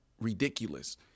ridiculous